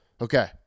Okay